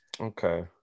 Okay